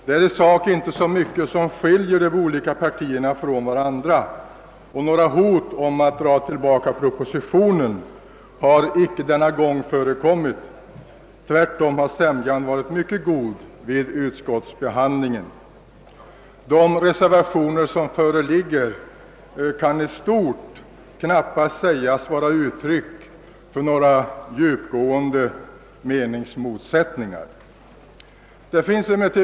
Det är i sak inte så mycket som skiljer de olika partierna åt, och något hot om att dra tillbaka propositionen har inte förekommit denna gång. Tvärt om har sämjan varit mycket god vid utskottsbehandlingen. De reservationer, som föreligger, kan knappast sägas vara uttryck för några djupgående meningsmotsättningar — i stort.